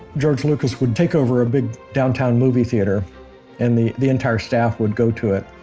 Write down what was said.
george lucas would take over a big downtown movie theater and the the entire staff would go to it.